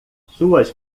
suas